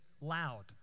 loud